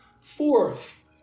Fourth